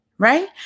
Right